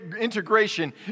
integration